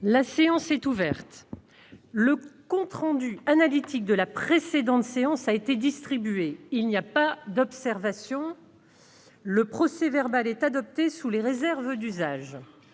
La séance est ouverte. Le compte rendu analytique de la précédente séance a été distribué. Il n'y a pas d'observation ?... Le procès-verbal est adopté sous les réserves d'usage.